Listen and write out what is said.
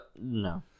No